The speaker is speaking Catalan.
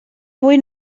avui